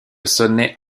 sonnet